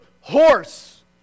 horse